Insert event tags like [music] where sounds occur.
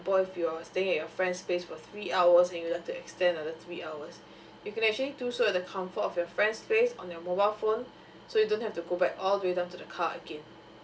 if you're staying at your friend's place for three hours and you have to extend another three hours [breath] you can actually do so at the comfort of your friend's place on your mobile phone [breath] so you don't have to go back all the way down to the car again